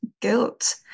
guilt